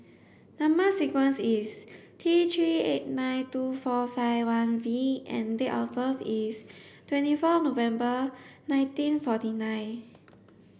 number sequence is T three eight nine two four five one V and date of birth is twenty four November nineteen forty nine